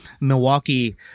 Milwaukee